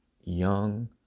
young